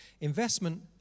Investment